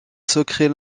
secret